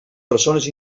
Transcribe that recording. persones